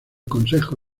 consejo